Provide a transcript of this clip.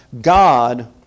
God